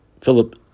Philip